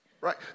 Right